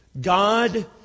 God